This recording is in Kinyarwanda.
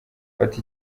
fata